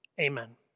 Amen